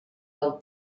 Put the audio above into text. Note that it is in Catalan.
del